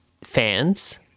Fans